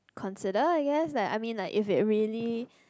consider I guess like I mean like if it really